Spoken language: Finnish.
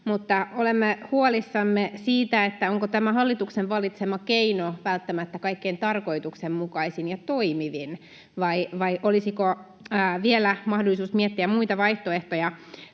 olemme huolissamme siitä, onko tämä hallituksen valitsema keino välttämättä kaikkein tarkoituksenmukaisin ja toimivin. Vai olisiko vielä mahdollisuus miettiä muita vaihtoehtoja?